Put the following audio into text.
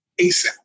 ASAP